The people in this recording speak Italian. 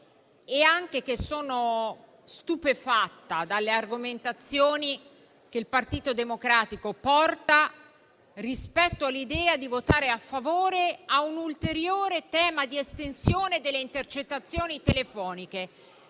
e anche che sono stupefatta dalle argomentazioni che il Partito Democratico porta rispetto all'idea di votare a favore di una ulteriore estensione delle intercettazioni telefoniche.